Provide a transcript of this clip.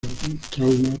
trauma